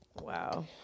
Wow